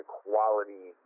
quality